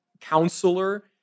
counselor